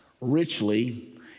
richly